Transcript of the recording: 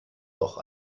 doch